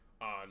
on